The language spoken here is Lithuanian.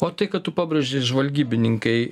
o tai kad tu pabrėži žvalgybininkai